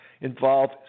involve